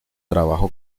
trabajó